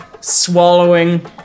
swallowing